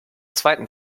zweiten